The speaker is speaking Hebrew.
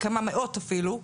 כמה מאות אפילו.